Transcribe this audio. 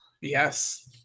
yes